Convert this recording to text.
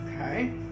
Okay